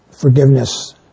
Forgiveness